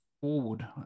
forward